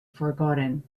forgotten